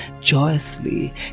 joyously